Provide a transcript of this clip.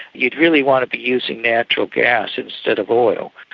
you'd really want to be using natural gas instead of oil.